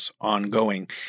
ongoing